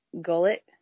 gullet